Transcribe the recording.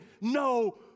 no